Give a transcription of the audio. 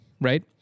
right